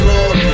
Lord